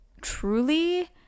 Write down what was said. Truly